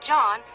John